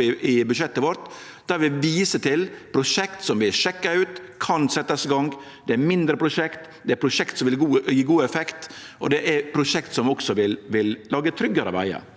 i budsjettet vårt, der vi viser til prosjekt som vi har sjekka ut at kan setjast i gang. Det er mindre prosjekt, det er prosjekt som vil gje god effekt, og det er prosjekt som også vil lage tryggare vegar.